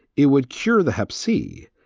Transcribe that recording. it would cure the hep c.